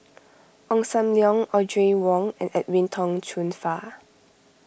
Ong Sam Leong Audrey Wong and Edwin Tong Chun Fai